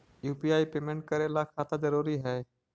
UPI payment करे ला खाता जरूरी है?